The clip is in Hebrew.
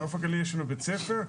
בנוף הגליל יש לנו בית ספר,